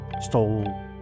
stole